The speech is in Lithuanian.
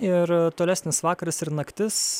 ir tolesnis vakaras ir naktis